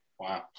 Wow